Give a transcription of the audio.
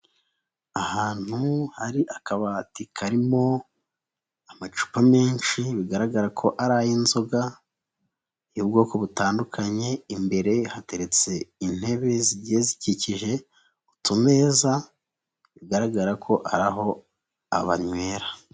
Ahantu hari akabati karimo amacupa menshi bigaragara ko ari ay'inzoga y'ubwoko butandukanye, imbere hateretse intebe zigiye zikikije utumeza, bigaragara ko ari aho banywera.